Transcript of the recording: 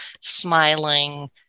smiling